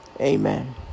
Amen